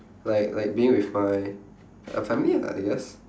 like like being with my uh family lah I guess